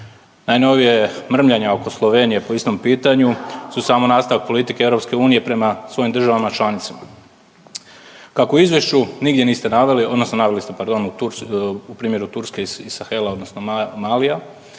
Najnovija mrmljanja oko Slovenije po istom pitanju samo nastavak politike EU prema svojim državama članicama. Kako u izvješću nigdje niste naveli odnosno naveli ste pardon u primjeru Turske i … odnosno Malija